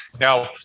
Now